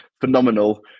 Phenomenal